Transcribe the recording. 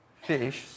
Fish